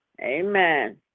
Amen